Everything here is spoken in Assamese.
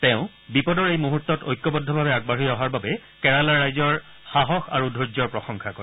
তেওঁ বিপদৰ এই মুহূৰ্তত ঐক্যবদ্ধভাৱে আগবাঢ়ি অহাৰ বাবে কেৰালাৰ ৰাইজৰ সাহস আৰু ধৈৰ্যৰ প্ৰশংসা কৰে